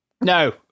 No